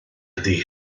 ydy